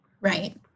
right